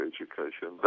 Education